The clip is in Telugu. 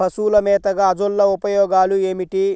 పశువుల మేతగా అజొల్ల ఉపయోగాలు ఏమిటి?